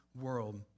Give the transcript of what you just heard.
world